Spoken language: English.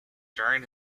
during